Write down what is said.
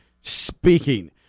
speaking